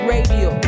Radio